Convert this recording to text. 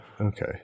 okay